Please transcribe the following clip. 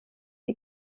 die